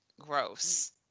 gross